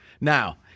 Now